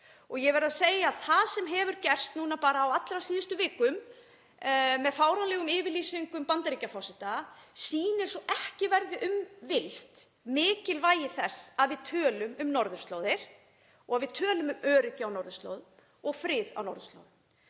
Ég verð að segja að það sem hefur gerst núna bara á allra síðustu vikum, með fáránlegum yfirlýsingum Bandaríkjaforseta, sýnir svo ekki verður um villst mikilvægi þess að við tölum um norðurslóðir og við tölum um öryggi á norðurslóðum og frið á norðurslóðum.